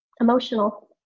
emotional